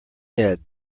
head